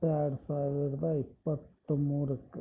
ಎರಡು ಸಾವಿರದ ಇಪ್ಪತ್ಮೂರಕ್ಕೆ